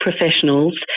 professionals